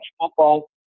football